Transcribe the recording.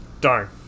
Darn